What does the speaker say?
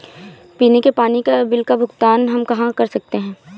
पीने के पानी का बिल का भुगतान हम कहाँ कर सकते हैं?